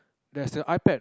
there's the iPad